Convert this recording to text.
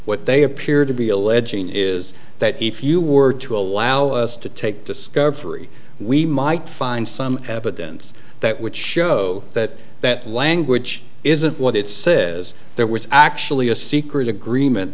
what they appear to be alleging is that if you were to allow us to take discovery we might find some evidence that would show that that language isn't what it says there was actually a secret agreement